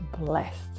blessed